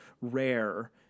rare